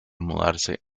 mudarse